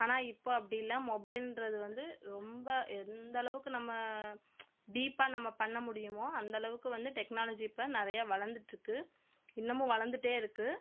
ஆனால் இப்போது அப்படி இல்லை மொபைலுன்றது வந்து ரொம்ப எந்த அளவுக்கு நம்ம டீப்பாக நம்ம பண்ணமுடியுமோ அந்த அளவுக்கு வந்து டெக்னாலஜி இப்போ நிறையா வளர்ந்துட்ருக்கு இன்னுமும் வளர்ந்துட்டே இருக்குது